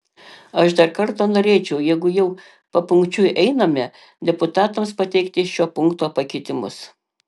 aš dar kartą norėčiau jeigu jau papunkčiui einame deputatams pateikti šito punkto pakeitimus